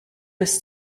ist